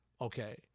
okay